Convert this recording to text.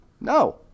No